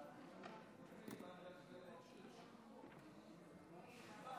אוקיי, אוקיי, בפרט שיש לנו רוב דורסני.